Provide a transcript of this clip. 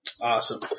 Awesome